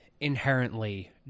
inherently